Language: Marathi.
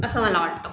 असं मला वाटतं